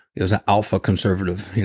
he was ah alpha conservative,